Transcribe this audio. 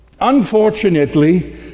Unfortunately